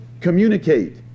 communicate